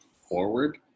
forward